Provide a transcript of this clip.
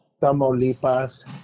Tamaulipas